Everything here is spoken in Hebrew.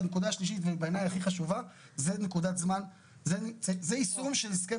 הנקודה השלישית ובעיניי הכי חשובה זה יישום של הסכם